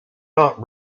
not